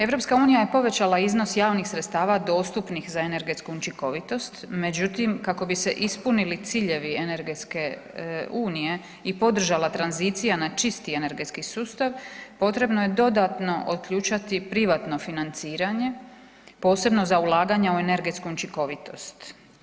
EU je povećala iznos javnih sredstava dostupnih za energetsku učinkovitost, međutim kako bi se ispunili ciljevi energetske unije i podržala tranzicija na čisti energetski sustav potrebno je dodatno otključati privatno financiranje, posebno za ulaganje u energetsku učinkovitost.